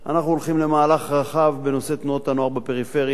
אנחנו הולכים למהלך רחב בנושא תנועות הנוער בפריפריה,